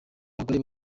abagore